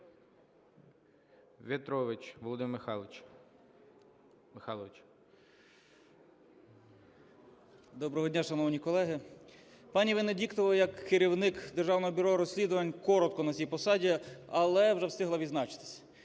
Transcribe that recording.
09:42:00 В’ЯТРОВИЧ В.М. Доброго дня, шановні колеги. Пані Венедіктова, як керівник Державного бюро розслідувань коротко на цій посаді, але вже встигла відзначитись.